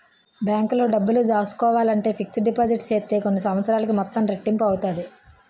బ్యాంకులో డబ్బులు దాసుకోవాలంటే ఫిక్స్డ్ డిపాజిట్ సేత్తే కొన్ని సంవత్సరాలకి మొత్తం రెట్టింపు అవుతాది